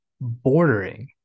bordering